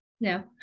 No